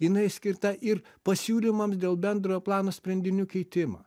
jinai skirta ir pasiūlymams dėl bendrojo plano sprendinių keitimo